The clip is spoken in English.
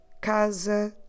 casa